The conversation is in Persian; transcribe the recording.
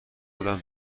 بودم